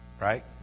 right